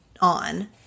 on